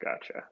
gotcha